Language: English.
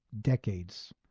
decades